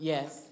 Yes